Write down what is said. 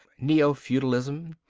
neo-feudalism,